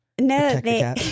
No